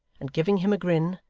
and giving him a grin,